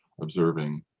observing